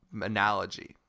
analogy